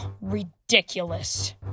Ridiculous